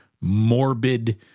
morbid